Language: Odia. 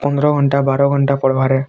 ପନ୍ଦର୍ ଘଣ୍ଟା ବାର୍ ଘଣ୍ଟା ପଢ଼୍ବାରେ